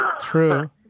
True